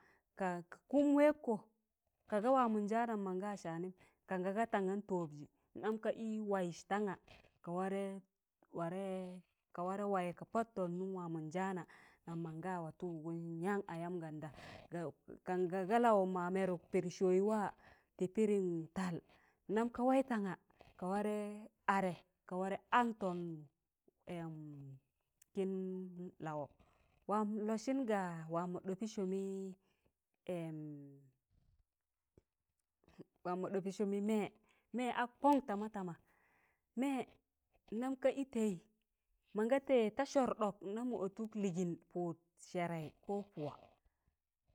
ka- ka kụụm wẹgkọ kaga waamọnjaanam mọnga waa saanịm kanga ga tangam tọbjị, ndam ka ị waịz tanga ka warẹ warẹ ka warẹ wayị ka padtọn nụm waamọn jaana nam mọnga watọ gụm yan ayam ganda kanga ga lawọm ma mẹẹrụk pịdịị sọụ wa tị pịdịm tal ndam ka waị tanga ka warẹ adẹ ka warẹ angtọn, kịn lawọ wam n lọsịn ga wamọ ɗọpị sụmị wamo ɗopi sumi mẹẹ mẹẹ akọn tama tama mẹẹ ndam ka ị tẹi mọnga tẹị ta sọr ɗọk ndam mọ ọtụk lịgịn pụd sẹẹrẹị ko pụwa.